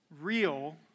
real